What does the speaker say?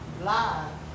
live